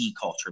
culture